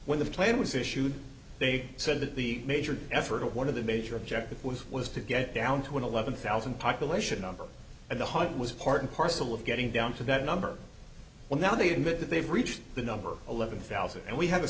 when the plane was issued they said that the major effort of one of the major objective was was to get down to an eleven thousand population number and the heart was part and parcel of getting down to that number well now they admit that they've reached the number eleven thousand and we have a